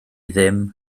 ddim